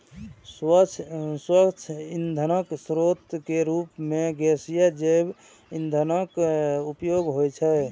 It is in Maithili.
स्वच्छ ईंधनक स्रोत के रूप मे गैसीय जैव ईंधनक उपयोग होइ छै